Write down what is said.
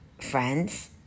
friends